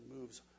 moves